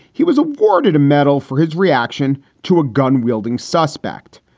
he was awarded a medal for his reaction to a gun wielding suspect.